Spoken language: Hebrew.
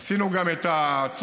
עשינו גם את הצומת